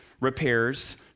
repairs